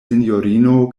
sinjorino